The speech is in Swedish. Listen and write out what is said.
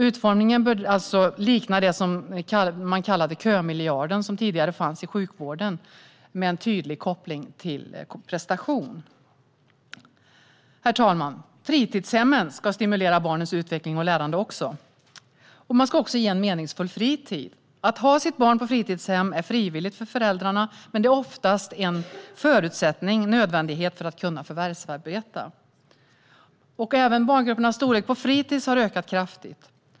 Utformningen bör likna den så kallade kömiljarden som tidigare fanns i sjukvården med en tydlig koppling till prestation. Herr talman! Fritidshemmen ska stimulera barns utveckling och lärande och också erbjuda en meningsfull fritid. Att ha sitt barn på fritidshem är frivilligt för föräldrarna, men det är oftast för de flesta en förutsättning och helt nödvändigt för att kunna förvärvsarbeta. Även barngruppernas storlek på fritis har ökat kraftigt.